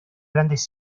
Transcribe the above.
grandes